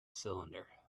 cylinder